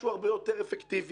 שהוא הרבה יותר אפקטיבי,